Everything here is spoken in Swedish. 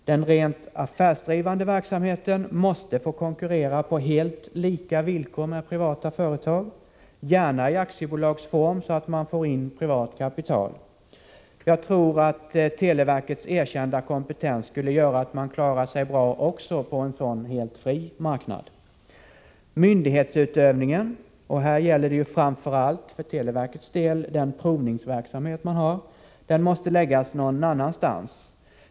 Den rent affärsdrivande verksamheten och de privata företagen måste få konkurrera på helt lika villkor — gärna i aktiebolagsform, så att man får in privat kapital. Jag tror att televerket, med tanke på verkets erkända kompetens, skulle klara sig bra också på en helt fri marknad. Myndighetsutövningen — det gäller framför allt televerkets provningsverksamhet — måste ligga någon annanstans.